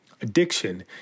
addiction